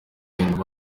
urugendo